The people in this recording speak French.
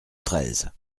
treize